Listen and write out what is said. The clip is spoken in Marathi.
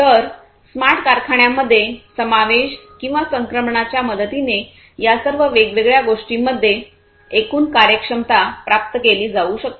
तर स्मार्ट कारखान्यांमध्ये समावेश किंवा संक्रमणाच्या मदतीनेया सर्व वेगवेगळ्या गोष्टींमध्ये एकूण कार्यक्षमता प्राप्त केली जाऊ शकते